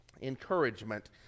encouragement